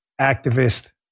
activist